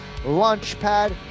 Launchpad